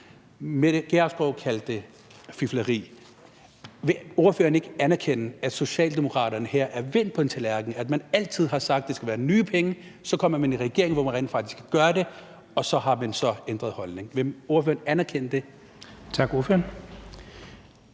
Mette Gjerskov kaldte det fifleri. Vil ordføreren ikke anerkende, at Socialdemokraterne her er vendt på en tallerken? Man har altid sagt, at det skal være nye penge. Så kommer man i regering, hvor man rent faktisk gør det, og så har man ændret holdning. Vil ordføreren anerkende det? Kl. 17:33 Den